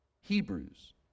Hebrews